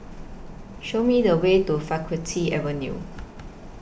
Show Me The Way to Faculty Avenue